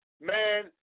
man